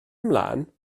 ymlaen